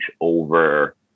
over